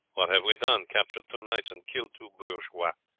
what have we done? captured two knights and killed two bourgeois!